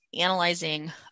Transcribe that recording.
analyzing